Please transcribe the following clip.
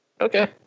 okay